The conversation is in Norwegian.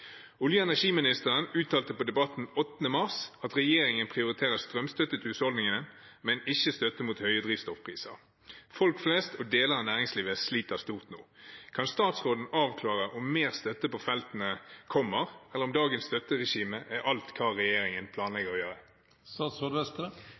uttalte på Debatten 8. mars at regjeringen prioriterer strømstøtte til husholdningene, men ikke støtte mot høye drivstoffpriser. Folk flest og næringslivet sliter stort nå. Kan statsråden avklare om mer støtte på feltene kommer, eller om dagens støtteregime er alt hva regjeringen